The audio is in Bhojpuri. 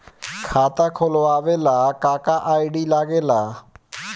खाता खोलवावे ला का का आई.डी लागेला?